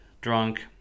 drunk